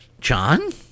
John